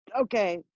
okay